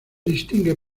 distingue